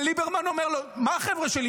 ליברמן אומר לו: מה חבר'ה שלי?